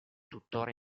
tuttora